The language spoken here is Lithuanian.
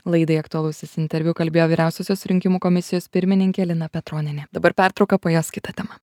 laidai aktualusis interviu kalbėjo vyriausiosios rinkimų komisijos pirmininkė lina petronienė dabar pertrauka po jos kita tema